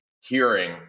hearing